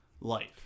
life